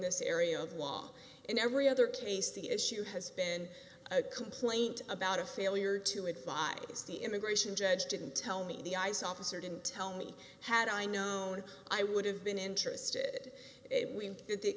this area of law in every other case the issue has been a complaint about a failure to advise the immigration judge didn't tell me the ice officer didn't tell me had i known i would have been interested